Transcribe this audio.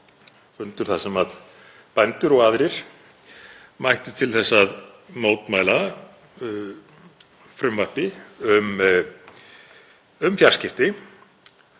fund þar sem bændur og aðrir mættu til að mótmæla frumvarpi um fjarskipti.